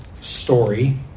story